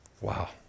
Wow